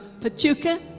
Pachuca